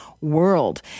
world